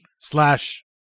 slash